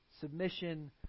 Submission